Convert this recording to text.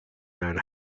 man